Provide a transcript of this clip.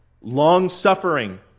Long-suffering